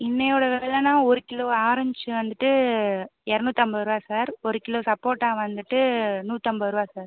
இன்னையோடய வெலைன்னா ஒரு kilo orange வந்துவிட்டு எரநூத்தம்பதுரூபா சார் ஒரு கிலோ சப்போட்டா வந்துவிட்டு நூத்தம்பதுரூபா சார்